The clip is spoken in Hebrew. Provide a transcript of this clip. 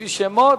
לפי שמות.